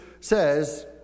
says